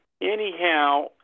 anyhow